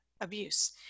abuse